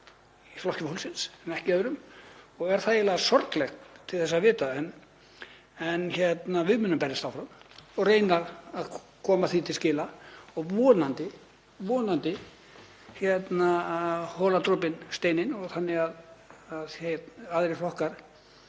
Flokki fólksins, ekki öðrum, og er eiginlega sorglegt til þess að vita. En við munum berjast áfram og reyna að koma því til skila og vonandi holar dropinn steininn þannig að aðrir flokkar